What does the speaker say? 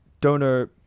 donor